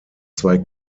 zwei